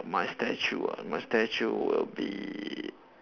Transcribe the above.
my statue ah my statue will be